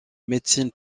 médecine